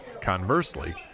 conversely